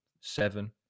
seven